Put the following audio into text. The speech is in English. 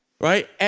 right